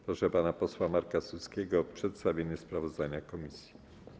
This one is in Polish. Proszę pana posła Marka Suskiego o przedstawienie sprawozdania komisji.